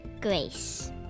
Grace